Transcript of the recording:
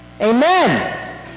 Amen